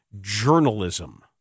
journalism